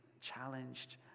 challenged